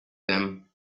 them